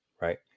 Right